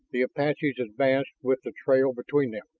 the apaches advanced with the trail between them.